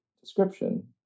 description